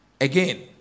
again